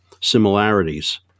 similarities